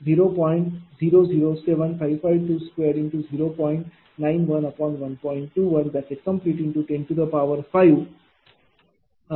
तर येथे total QLoss हा 28